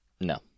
No